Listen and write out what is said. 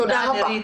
תודה, לירית.